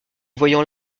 voyant